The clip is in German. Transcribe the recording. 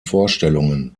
vorstellungen